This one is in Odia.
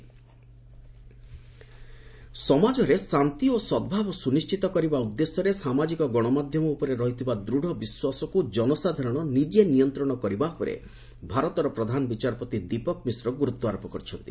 ସିଜେଆଇ ଇଣ୍ଡିଆ ସମାଜରେ ଶାନ୍ତି ଓ ସଦ୍ଭାବ ସୁନିଶ୍ଚିତ କରିବା ଉଦ୍ଦେଶ୍ୟରେ ସାମାଜିକ ଗଣମାଧ୍ୟମ ଉପରେ ରହିଥିବା ଦୃଢ଼ ବିଶ୍ୱାସକୁ ଜନସାଧାରଣ ନିଜେ ନିୟନ୍ତ୍ରଣ କରିବା ଉପରେ ଭାରତର ପ୍ରଧାନ ବିଚାରପତି ଦୀପକ ମିଶ୍ର ଗୁରୁତ୍ୱାରୋପ କରିଛନ୍ତି